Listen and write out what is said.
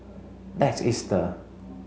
next Easter